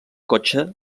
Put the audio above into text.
cotxe